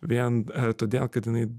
vien todėl kad jinai